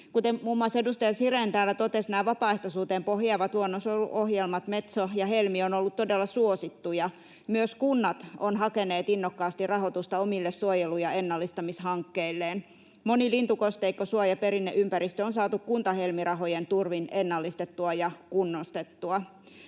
Kuten muun muassa edustaja Sirén täällä totesi, nämä vapaaehtoisuuteen pohjaavat luonnonsuojeluohjelmat, Metso ja Helmi, ovat olleet todella suosittuja. Myös kunnat ovat hakeneet innokkaasti rahoitusta omille suojelu- ja ennallistamishankkeilleen. Moni lintukosteikko, suo ja perinneympäristö on saatu Kunta-Helmi-rahojen turvin ennallistettua ja kunnostettua.